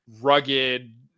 rugged